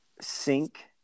sink